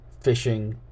FISHING